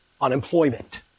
unemployment